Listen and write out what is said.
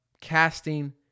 casting